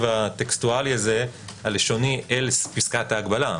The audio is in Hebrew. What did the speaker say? הטקסטואלי הזה הלשוני אל פסקת ההגבלה,